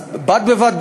אז בד בבד,